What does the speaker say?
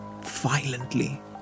violently